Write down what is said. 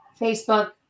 Facebook